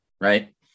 right